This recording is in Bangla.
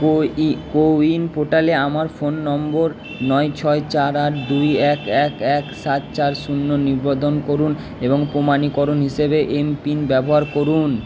কোইন কোউইন পোর্টালে আমার ফোন নম্বর নয় ছয় চার আট দুই এক এক এক সাত চার শূন্য নিবন্ধন করুন এবং প্রমাণীকরণ হিসেবে এমপিন ব্যবহার করুন